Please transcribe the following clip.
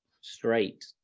Straight